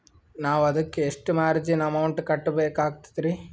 ನಾವು ಅದಕ್ಕ ಎಷ್ಟ ಮಾರ್ಜಿನ ಅಮೌಂಟ್ ಕಟ್ಟಬಕಾಗ್ತದ್ರಿ?